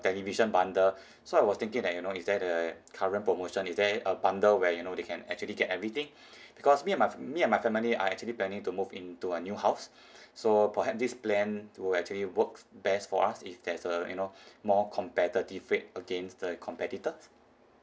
television bundle so I was thinking that you know is there a current promotion is there a bundle where you know they can actually get everything because me and my f~ me and my family are actually planning to move into a new house so perhaps this plan will actually work best for us if there's a you know more competitive rate against the competitor